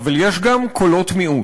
אבל יש גם קולות מיעוט,